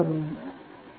आभारी आहे